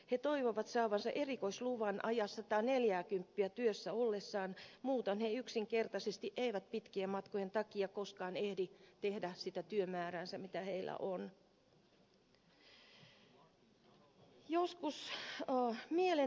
he toivovat saavansa erikoisluvan ajaa sataaneljääkymppiä työssä ollessaan muuten he yksinkertaisesti eivät pitkien matkojen takia koskaan ehdi tehdä sitä työmäärää mikä heillä on